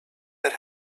that